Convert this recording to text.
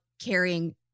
carrying